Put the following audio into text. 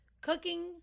cooking